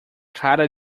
cara